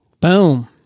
Boom